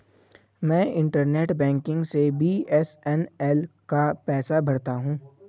मैं internet banking से BSNL का पैसा भरता हूं